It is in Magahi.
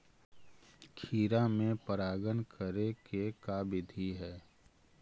खिरा मे परागण करे के का बिधि है?